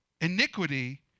Iniquity